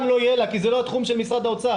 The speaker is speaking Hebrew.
לא יהיה לה כי זה לא התחום של משרד האוצר.